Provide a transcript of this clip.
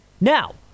now